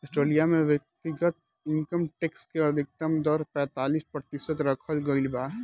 Australia में व्यक्तिगत income tax के अधिकतम दर पैतालीस प्रतिशत रखल गईल बा